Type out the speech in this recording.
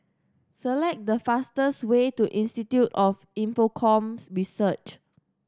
select the fastest way to Institute of Infocomm Research